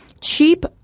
cheap